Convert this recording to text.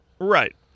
Right